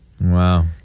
Wow